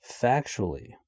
factually